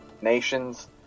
Nations